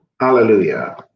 hallelujah